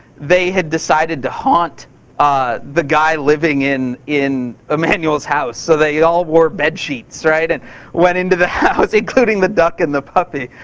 they had decided to haunt ah the guy living in in emanuel's house. so they all wore bed sheets and went into the house, including the duck and the puppy.